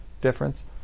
difference